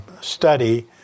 study